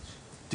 זה בעצם הטופס.